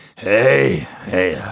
hey hey. yeah